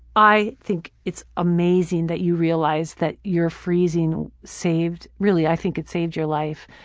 i think it's amazing that you realize that your freezing saved. really, i think it saved your life.